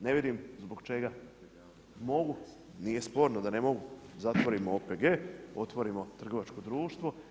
Ne vidim zbog čega. … [[Upadica se ne čuje.]] Mogu, nije sporno da ne mogu, zatvorimo OPG, otvorimo trgovačko društvo.